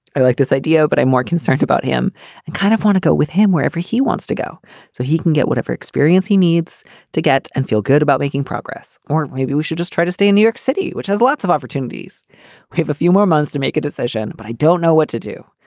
i like this idea, but i'm more concerned about him and kind of want to go with him wherever he wants to go so he can get whatever experience he needs to get and feel good about making progress. or maybe we should just try to stay in new york city, which has lots of opportunities. we have a few more months to make a decision, but i don't know what to do.